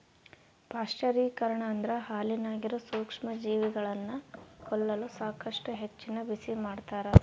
ಪಾಶ್ಚರೀಕರಣ ಅಂದ್ರ ಹಾಲಿನಾಗಿರೋ ಸೂಕ್ಷ್ಮಜೀವಿಗಳನ್ನ ಕೊಲ್ಲಲು ಸಾಕಷ್ಟು ಹೆಚ್ಚಿನ ಬಿಸಿಮಾಡ್ತಾರ